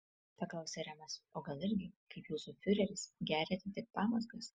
paklausė remas o gal irgi kaip jūsų fiureris geriate tik pamazgas